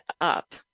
up